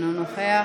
אינו נוכח,